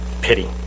pity